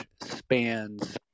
spans